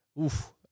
Oof